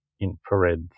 infrared